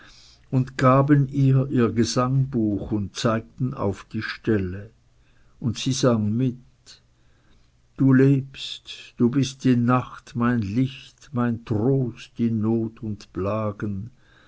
und gaben ihr ihr gesangbuch und zeigten auf die stelle und sie sang mit du lebst du bist in nacht mein licht mein trost in not und plagen